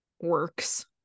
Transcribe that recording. works